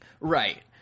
Right